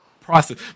process